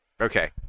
Okay